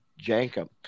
Jankum